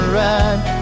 ride